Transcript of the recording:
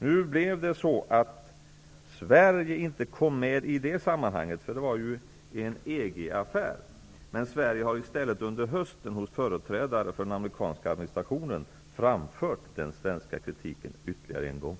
Nu blev det så att Sverige inte kom med i det sammanhanget, för det var ju en EG-affär, men Sverige har i stället under hösten hos företrädare för den amerikanska administrationen framfört den svenska kritiken ytterligare en gång.